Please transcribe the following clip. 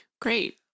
Great